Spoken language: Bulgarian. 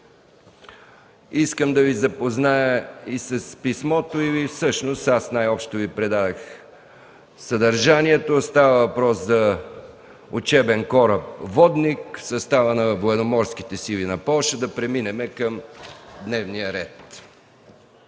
Искам да Ви запозная и с писмото, или всъщност аз най-общо Ви предадох съдържанието. Става въпрос за учебен кораб „Водник” в състава на Военноморските сили на Полша. Да преминем към дневния ред: